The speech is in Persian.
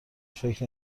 فکر